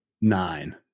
Nine